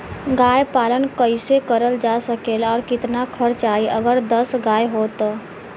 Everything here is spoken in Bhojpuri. गाय पालन कइसे करल जा सकेला और कितना खर्च आई अगर दस गाय हो त?